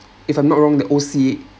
if I'm not wrong the O_C